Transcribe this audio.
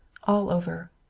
all over.